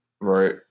right